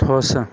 ਖੁਸ਼